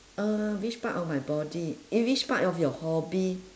uh which part of my body eh which part of your hobby